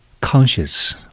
conscious